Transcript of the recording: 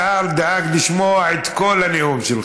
השר דאג לשמוע את כל הנאום שלך.